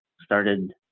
started